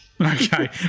Okay